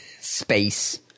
Space